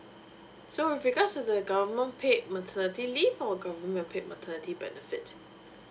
so with regards to the government paid maternity leave or the government paid maternity benefit